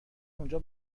اونجا